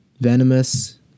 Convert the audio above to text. venomous